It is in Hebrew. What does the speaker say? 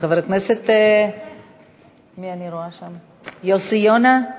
חבר הכנסת יוסי יונה,